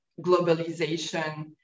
globalization